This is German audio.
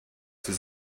sie